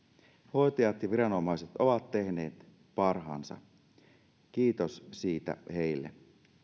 hoitajat ja viranomaiset ovat tehneet parhaansa kiitos siitä heille